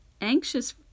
anxious